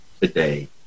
today